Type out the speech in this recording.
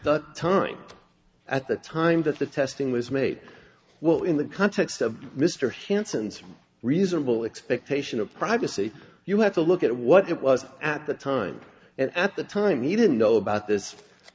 the time at the time that the testing was made well in the context of mr hanssen some reasonable expectation of privacy you have to look at what it was at the time and at the time he didn't know about this